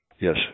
Yes